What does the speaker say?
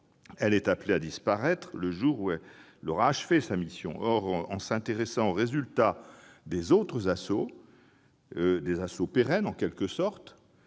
elle est appelée à disparaître le jour où elle aura achevé sa mission. Or, si l'on s'intéresse aux résultats des autres ASSO- les ASSO pérennes, en quelque sorte